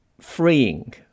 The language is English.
freeing